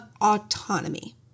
autonomy